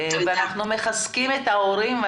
אנחנו מחזקים את ההורים,